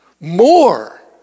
more